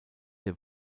der